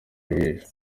ijisho